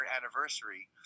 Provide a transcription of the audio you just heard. anniversary